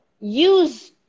use